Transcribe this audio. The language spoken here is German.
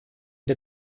der